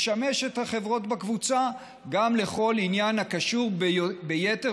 ישמש את החברות בקבוצה גם לכל עניין הקשור ביתר